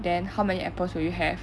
then how many apples would you have